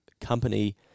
company